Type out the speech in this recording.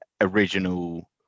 original